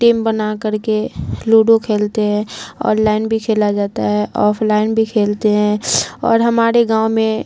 team بنا کر کے لوڈو کھیلتے ہیں آن لائن بھی کھیلا جاتا ہے آف لائن بھی کھیلتے ہیں اور ہمارے گاؤں میں